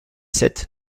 sept